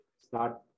start